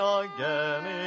again